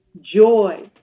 joy